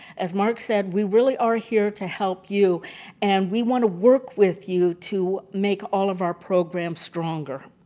as mark said, we really are here to help you and we want to work with you to make all of our programs stronger.